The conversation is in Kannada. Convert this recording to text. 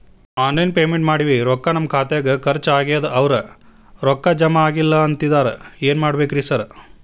ಆನ್ಲೈನ್ ಪೇಮೆಂಟ್ ಮಾಡೇವಿ ರೊಕ್ಕಾ ನಮ್ ಖಾತ್ಯಾಗ ಖರ್ಚ್ ಆಗ್ಯಾದ ಅವ್ರ್ ರೊಕ್ಕ ಜಮಾ ಆಗಿಲ್ಲ ಅಂತಿದ್ದಾರ ಏನ್ ಮಾಡ್ಬೇಕ್ರಿ ಸರ್?